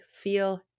feel